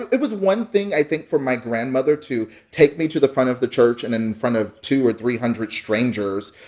it was one thing, i think, for my grandmother to take me to the front of the church and, in front of two hundred or three hundred strangers,